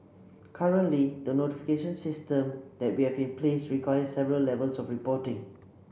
currently the notification system that we have in place requires several levels of reporting